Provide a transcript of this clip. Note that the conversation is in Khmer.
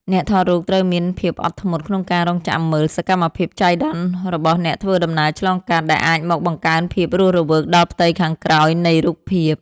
អ្នកថតរូបត្រូវមានភាពអត់ធ្មត់ក្នុងការរង់ចាំមើល សកម្មភាពចៃដន្យរបស់អ្នកធ្វើដំណើរឆ្លងកាត់ ដែលអាចមកបង្កើនភាពរស់រវើកដល់ផ្ទៃខាងក្រោយនៃរូបភាព។